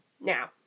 Now